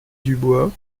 dubois